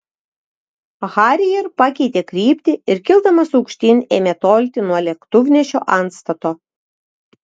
harrier pakeitė kryptį ir kildamas aukštyn ėmė tolti nuo lėktuvnešio antstato